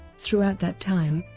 throughout that time,